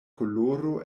koloro